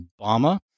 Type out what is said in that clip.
Obama